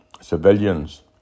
civilians